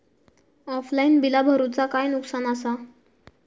Offline बिला भरूचा काय नुकसान आसा?